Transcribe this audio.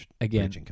again